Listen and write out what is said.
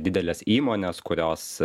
dideles įmones kurios